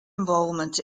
involvement